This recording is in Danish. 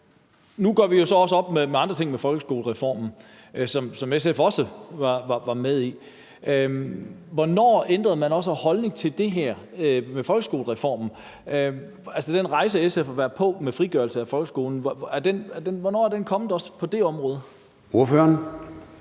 Nu gør vi så også op med andre ting i forbindelse med folkeskolereformen, som SF også var med i. Hvornår ændrede man også holdning til det her med folkeskolereformen? Den rejse, SF har været på med frigørelse af folkeskolen, hvornår blev den også på det område indledt?